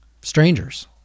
Strangers